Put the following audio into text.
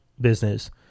business